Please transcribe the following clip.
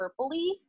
purpley